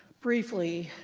briefly,